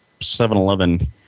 7-Eleven